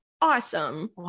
awesome